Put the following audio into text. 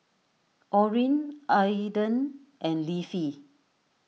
Orrin Adan and Leafy